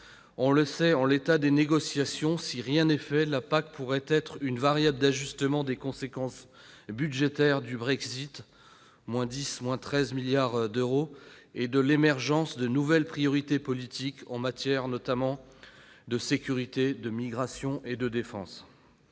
On le sait, en l'état des négociations, si rien n'est fait, la PAC pourrait être une variable d'ajustement des conséquences budgétaires du Brexit- de 10 milliards à 13 milliards d'euros en moins -et de l'émergence de nouvelles priorités politiques, notamment en matière de sécurité, de migration et de défense.